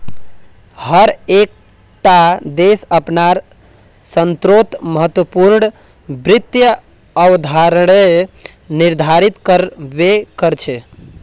हर एक टा देश अपनार स्तरोंत महत्वपूर्ण वित्त अवधारणाएं निर्धारित कर बे करछे